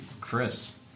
Chris